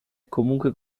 comunque